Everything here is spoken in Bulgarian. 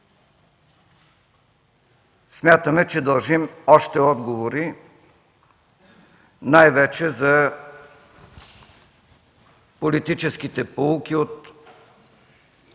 Смятаме, че дължим още отговори най-вече за политическите поуки от